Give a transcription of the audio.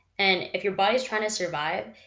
and if your body is trying to survive,